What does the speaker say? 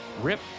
rip